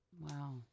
Wow